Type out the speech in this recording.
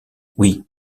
oui